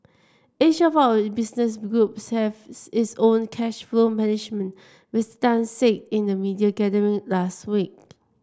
each of our business groups has its own cash flow management Mister Tan say in the media gathering last week